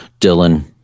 Dylan